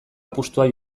apustua